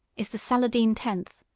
is the saladine tenth,